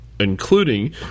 including